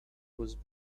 was